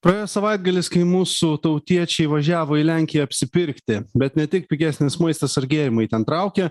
praėjo savaitgalis kai mūsų tautiečiai važiavo į lenkiją apsipirkti bet ne tik pigesnis maistas ar gėrimai ten traukė